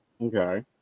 Okay